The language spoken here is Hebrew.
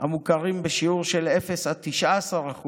המוכרים בשיעור של אפס עד 19%,